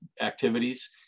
activities